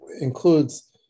includes